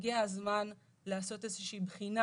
הגיע הזמן לעשות איזושהי בחינה